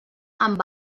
amb